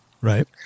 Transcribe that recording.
right